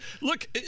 look